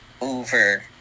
Over